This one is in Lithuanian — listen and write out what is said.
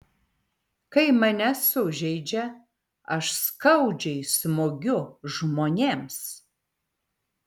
kai mane sužeidžia aš skaudžiai smogiu žmonėms